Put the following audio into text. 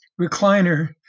recliner